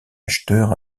acheteurs